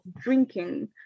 drinking